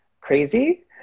crazy